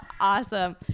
awesome